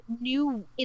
new